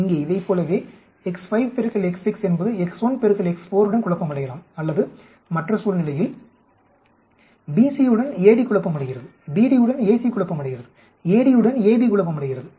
இங்கே இதைப்போலவே x5 பெருக்கல் x6 என்பது x1 பெருக்கல் x4 உடன் குழப்பமடையலாம் அல்லது மற்ற சூழ்நிலையில் BC உடன் AD குழப்பமடைகிறது BD உடன் AC குழப்பமடைகிறது AD உடன் AB குழப்பமடைகிறது